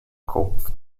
kopf